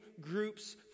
groups